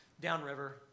downriver